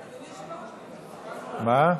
היושב-ראש, מה?